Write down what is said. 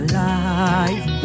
life